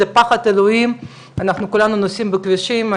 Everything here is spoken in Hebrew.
זה פחד אלוהים, אנחנו כולנו נוסעים בכבישים.